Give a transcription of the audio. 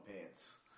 pants